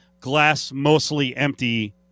glass-mostly-empty